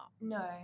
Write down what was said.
No